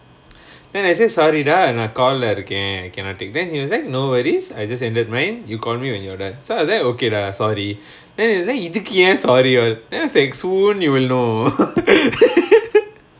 then I say sorry dah நா:naa call leh இருக்கேன்:irukaen cannot take then he was like no worries I just ended mine you call me when you're done so I was like okay dah sorry then இதுக்கு ஏன்:ithukku yaen sorry all then I was like soon you will know